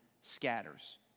scatters